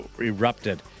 erupted